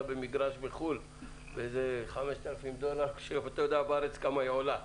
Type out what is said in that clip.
במגרש בחו"ל באיזה 5,000 דולר כשבארץ כמה היא עולה.